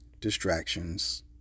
distractions